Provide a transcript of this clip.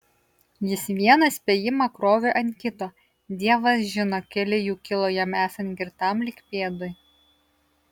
jis vieną spėjimą krovė ant kito dievas žino keli jų kilo jam esant girtam lyg pėdui